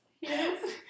Yes